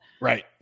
right